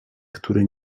który